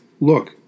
Look